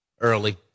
early